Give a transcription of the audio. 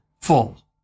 full